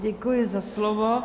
Děkuji za slovo.